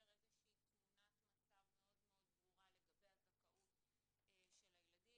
תמונת מצב מאוד ברורה לגבי הזכאות של הילדים,